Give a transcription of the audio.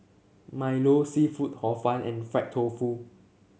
milo seafood Hor Fun and Fried Tofu